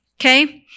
Okay